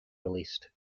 released